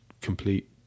complete